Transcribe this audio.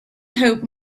hope